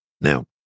Now